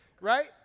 right